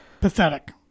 pathetic